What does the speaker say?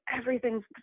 everything's